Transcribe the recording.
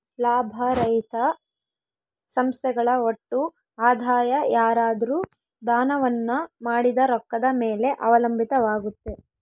ಲಾಭರಹಿತ ಸಂಸ್ಥೆಗಳ ಒಟ್ಟು ಆದಾಯ ಯಾರಾದ್ರು ದಾನವನ್ನ ಮಾಡಿದ ರೊಕ್ಕದ ಮೇಲೆ ಅವಲಂಬಿತವಾಗುತ್ತೆ